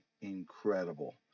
incredible